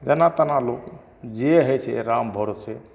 जेना तेना लोक जे हइ छै राम भरोसे